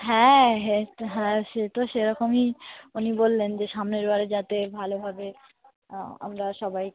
হ্যাঁ হে তো হ্যাঁ সে তো সেরকমই উনি বললেন যে সামনের বারে যাতে ভালোভাবে আমরা সবাই